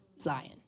Zion